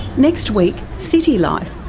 next week, city life.